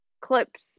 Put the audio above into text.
clips